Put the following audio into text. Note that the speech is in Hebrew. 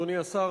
אדוני השר,